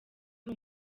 ari